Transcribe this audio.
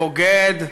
"בוגד",